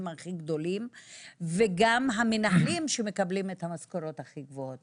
הכי גדולים וגם המנהלים שמקבלים את המשכורות הכי גבוהות.